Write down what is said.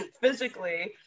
physically